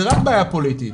זו רק בעיה פוליטית,